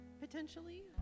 potentially